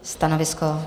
Stanovisko?